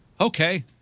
Okay